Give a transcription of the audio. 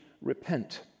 repent